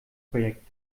projekt